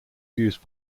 used